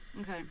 okay